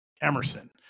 emerson